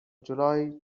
july